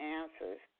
answers